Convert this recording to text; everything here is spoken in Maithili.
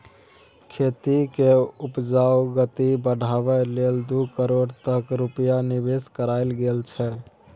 खेती केर उपजाक गति बढ़ाबै लेल दू करोड़ तक रूपैया निबेश कएल गेल छै